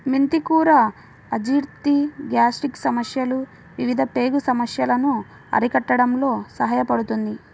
మెంతి కూర అజీర్తి, గ్యాస్ట్రిక్ సమస్యలు, వివిధ పేగు సమస్యలను అరికట్టడంలో సహాయపడుతుంది